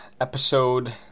episode